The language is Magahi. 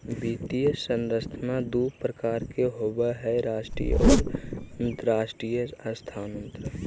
वित्तीय संस्थान दू प्रकार के होबय हय राष्ट्रीय आर अंतरराष्ट्रीय संस्थान